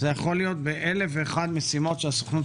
זה יכול להיות באלף ואחת משימות שהסוכנות